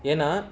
எனா:yena